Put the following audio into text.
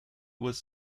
was